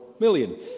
million